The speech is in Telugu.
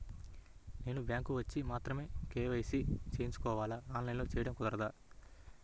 నేను బ్యాంక్ వచ్చి మాత్రమే కే.వై.సి చేయించుకోవాలా? ఆన్లైన్లో చేయటం కుదరదా?